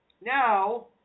now